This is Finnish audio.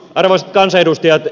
arvoisat kansanedustajat